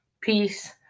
peace